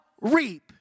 reap